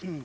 för motionärerna?